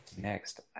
Next